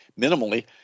minimally